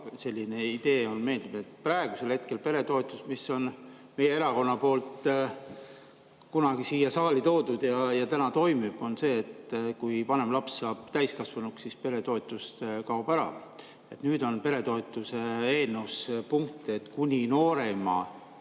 selline idee meeldib. Praegune peretoetus, mille meie erakond on kunagi siia saali toonud ja mis toimib, on see, et kui vanem laps saab täiskasvanuks, siis peretoetus kaob ära. Nüüd on peretoetuse eelnõus punkt, et kuni noorema